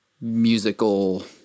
musical